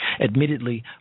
Admittedly